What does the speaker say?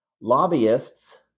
lobbyists